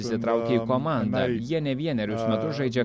įsitraukia į komandą jie ne vienerius metus žaidžia